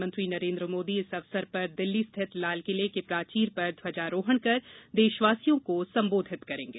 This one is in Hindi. प्रधानमंत्री नरेन्द्र मोदी इस अवसर पर दिल्ली स्थित लाल किले के प्राचीन पर ध्वजारोहण कर देशवासियों को संबोधित करेंगे